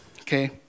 okay